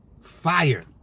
Fire